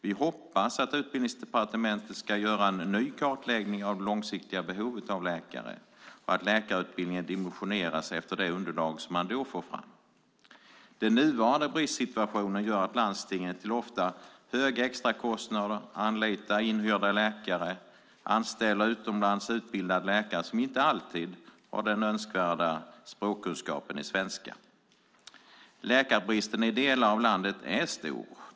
Vi hoppas att Utbildningsdepartementet ska göra en ny kartläggning av det långsiktiga behovet av läkare och att läkarutbildningen dimensioneras efter det underlag som man då får fram. Den nuvarande bristsituationen gör att landstingen, ofta till höga extrakostnader, anlitar inhyrda läkare och anställer utomlands utbildade läkare som inte alltid har den önskvärda språkkunskapen i svenska. Läkarbristen är stor i delar av landet.